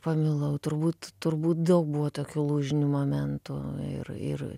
pamilau turbūt turbūt daug buvo tokių lūžinių momentų ir ir